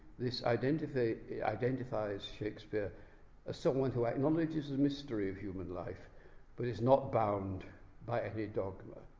this identifies identifies shakespeare as someone who acknowledges the mystery of human life but is not bound by any dogma.